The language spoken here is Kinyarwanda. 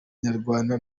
nyarwanda